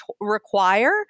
require